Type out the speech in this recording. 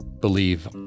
Believe